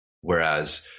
whereas